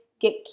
get